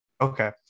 Okay